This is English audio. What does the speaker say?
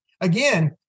Again